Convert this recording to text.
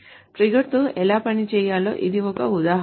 ట్రిగ్గర్తో ఎలా పని చేయాలో ఇది ఒక ఉదాహరణ